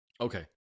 Okay